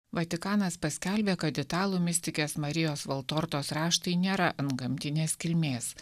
vatikanas paskelbė kad italų mistikės marijos valtortos raštai nėra antgamtinės kilmės